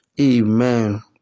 Amen